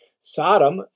Sodom